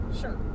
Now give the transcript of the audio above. Sure